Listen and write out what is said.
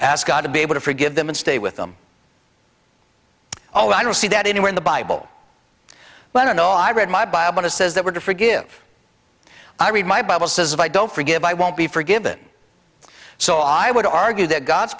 you ask god to be able to forgive them and stay with them oh i don't see that anywhere in the bible but i know i read my bible it says that we're to forgive i read my bible says if i don't forgive i won't be forgiven so i would argue that god's